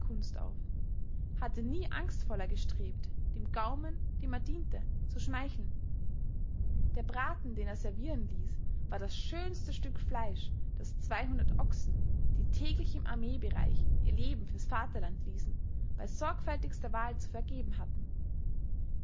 kunst auf hatte nie angstvoller gestrebt dem gaumen dem er diente zu schmeicheln der braten den er servieren ließ war das schönste stück fleisch das zweihundert ochsen die täglich im armeebereich ihr leben für's vaterland ließen bei sorgfältigster wahl zu vergeben hatten